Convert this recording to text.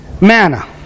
Manna